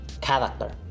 Character